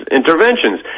interventions